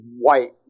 white